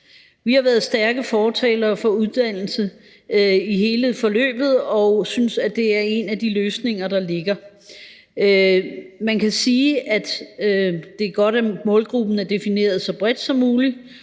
Vi har været stærke fortalere for uddannelse i hele forløbet og synes, at det er en af de løsninger, der ligger. Man kan sige, at det er godt, at målgruppen er defineret så bredt som muligt,